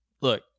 look